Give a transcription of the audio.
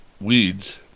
Weeds